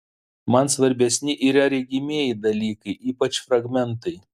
man svarbesni yra regimieji dalykai ypač fragmentai